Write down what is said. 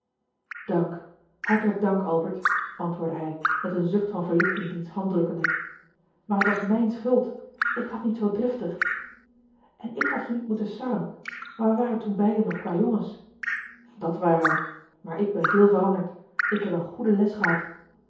dank hartelijk dank albert antwoordde hij met een zucht eli heimans willem roda van verlichting diens hand drukkende maar het was mijne schuld ik had niet zoo driftig en ik had je niet moeten sarren maar we waren toen beiden nog kwâjongens dat waren we maar ik ben veel veranderd ik heb eene goede les gehad